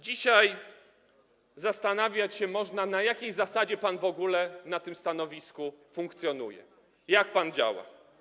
Dzisiaj zastanawiać się można, na jakiej zasadzie pan w ogóle na tym stanowisku funkcjonuje, jak pan działa.